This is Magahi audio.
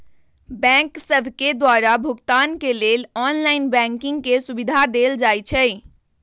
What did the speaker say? बैंक सभके द्वारा भुगतान के लेल ऑनलाइन बैंकिंग के सुभिधा देल जाइ छै